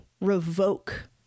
revoke